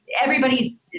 everybody's